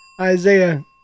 Isaiah